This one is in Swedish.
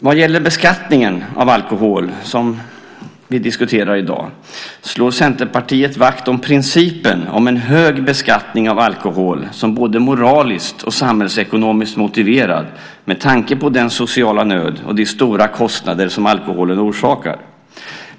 Vad gäller beskattningen av alkohol, som vi diskuterar i dag, slår Centerpartiet vakt om principen om en hög beskattning av alkohol som både moraliskt och samhällsekonomiskt motiverad med tanke på den sociala nöd och de stora kostnader som alkoholen orsakar.